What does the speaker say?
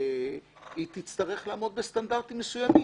היא תצטרך לעמוד בסטנדרטים מסוימים.